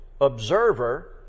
observer